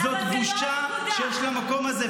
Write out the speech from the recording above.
זו בושה שיש למקום הזה,